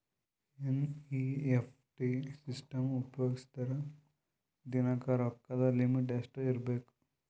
NEFT system ಉಪಯೋಗಿಸಿದರ ದಿನದ ರೊಕ್ಕದ ಲಿಮಿಟ್ ಎಷ್ಟ ಇರಬೇಕು?